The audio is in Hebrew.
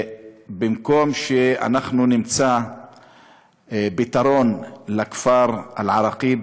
במקום שאנחנו נמצא פתרון לכפר כפר אל-עראקיב,